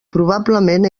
probablement